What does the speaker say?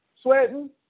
sweating